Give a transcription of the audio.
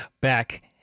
back